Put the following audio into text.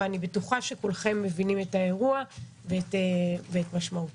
אני בטוחה שכולכם מבינים את האירוע ואת משמעותו.